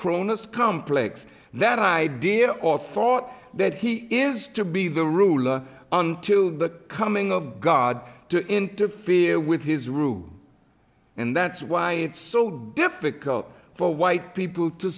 kronos complex that idea or thought that he is to be the ruler until the coming of god to interfere with his room and that's why it's so difficult for white people to